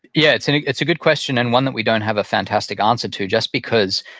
yeah, it's and it's a good question and one that we don't have a fantastic answer to just because,